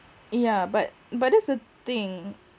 yeah but but that's the thing